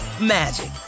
magic